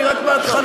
אני רק בהתחלה.